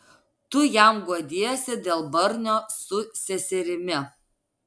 tu jam guodiesi dėl barnio su seserimi